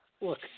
Look